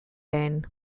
lehen